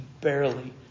barely